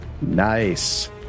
Nice